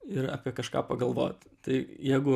ir apie kažką pagalvot tai jeigu